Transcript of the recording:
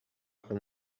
com